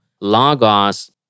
Logos